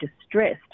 distressed